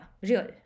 real